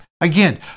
Again